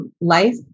Life